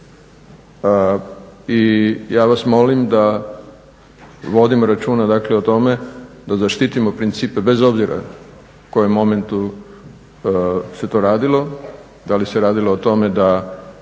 I ja vas molim da vodim računa dakle o tome da zaštitimo principe bez obzire kojem momentu se to radilo, da li se radilo o tome da